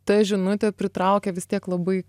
ta žinutė pritraukia vis tiek labai